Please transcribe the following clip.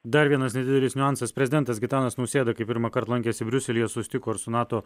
dar vienas nedidelis niuansas prezidentas gitanas nausėda kai pirmąkart lankėsi briuselyje susitiko ir su nato